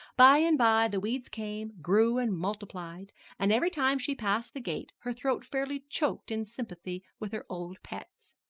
by and by the weeds came, grew, and multiplied and every time she passed the gate her throat fairly choked in sympathy with her old pets.